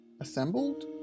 assembled